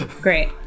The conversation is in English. Great